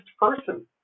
person